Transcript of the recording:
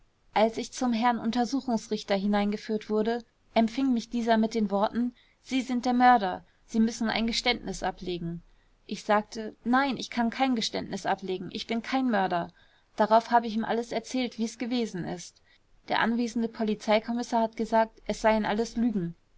als ich zum herrn untersuchungsrichter hineingeführt wurde empfing mich dieser mit den worten sie sind der mörder sie müssen ein geständnis ablegen gen ich sagte nein ich kann kein geständnis ablegen ich bin kein mörder darauf hab ich alles erzählt wie's gewesen ist der anwesende polizei kommissar hat gesagt es seien alles lügen